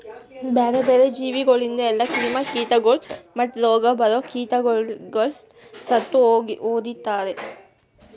ಬ್ಯಾರೆ ಬ್ಯಾರೆ ಜೀವಿಗೊಳಿಂದ್ ಎಲ್ಲಾ ಕ್ರಿಮಿ ಕೀಟಗೊಳ್ ಮತ್ತ್ ರೋಗ ಬರೋ ಕೀಟಗೊಳಿಗ್ ಸತ್ತು ಹೊಡಿತಾರ್